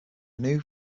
new